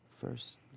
first